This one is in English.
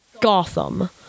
Gotham